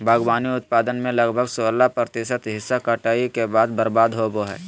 बागवानी उत्पादन में लगभग सोलाह प्रतिशत हिस्सा कटाई के बाद बर्बाद होबो हइ